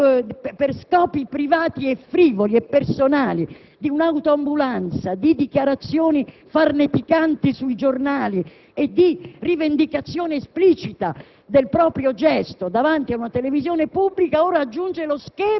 di un episodio inqualificabile di uso per scopi privati e frivoli e personali di un'autoambulanza, di dichiarazioni farneticanti sui giornali e di rivendicazione esplicita